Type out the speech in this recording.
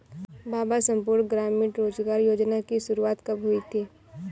बाबा संपूर्ण ग्रामीण रोजगार योजना की शुरुआत कब हुई थी?